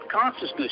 Consciousness